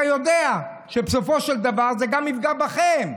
אתה יודע שבסופו של דבר זה גם יפגע בכם.